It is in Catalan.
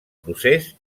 procés